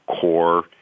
core